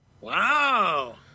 Wow